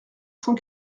cent